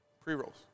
Pre-rolls